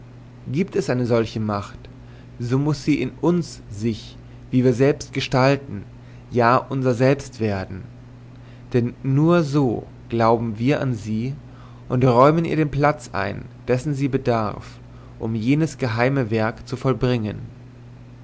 gibt es eine solche macht so muß sie in uns sich wie wir selbst gestalten ja unser selbst werden denn nur so glauben wir an sie und räumen ihr den platz ein dessen sie bedarf um jenes geheime werk zu vollbringen